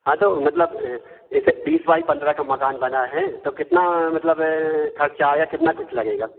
हाँ तो मतलब जैसे बीस बाइ पन्द्रह का मकान बना है तो कितना मतलब खर्चा आएगा कितना कुछ लगेगा